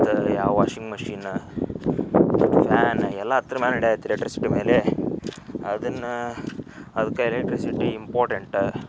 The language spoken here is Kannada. ಮತ್ತು ಯಾವ ವಾಷಿಂಗ್ ಮೆಷಿನ ಫ್ಯಾನ್ ಎಲ್ಲ ಅದ್ರ ಮ್ಯಾಲ ಎಲೆಕ್ಟ್ರಿಸಿಟಿ ಮೇಲೆ ಅದನ್ನು ಅದ್ಕೆ ಎಲೆಕ್ಟ್ರಿಸಿಟಿ ಇಂಪಾರ್ಟೆಂಟ